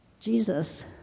Jesus